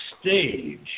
stage